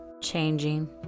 changing